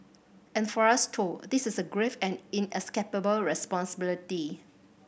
and for us too this is a grave and inescapable responsibility